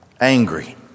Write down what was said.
Angry